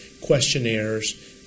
questionnaires